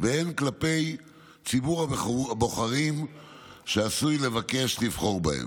והן כלפי ציבור הבוחרים שעשוי לבקש לבחור בהם.